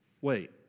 Wait